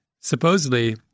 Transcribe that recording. supposedly